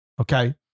Okay